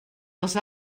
els